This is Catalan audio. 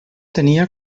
tenia